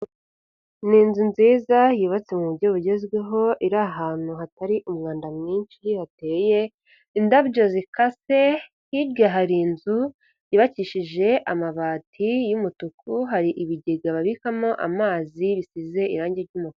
Ni inzu nziza yubatse mu buryo bugezweho, iri ahantu hatari umwanda mwinshi hateye indabyo zikase. Hirya hari inzu yubakishije amabati y'umutuku hari ibigega babikamo amazi bisize irangi ry'umukaraku.